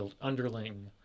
underling